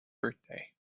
birthday